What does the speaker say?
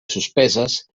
suspeses